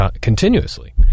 continuously